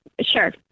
Sure